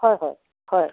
হয় হয় হয়